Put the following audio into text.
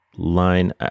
line